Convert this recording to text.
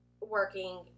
working